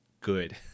good